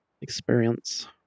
experience